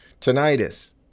tinnitus